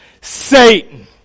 Satan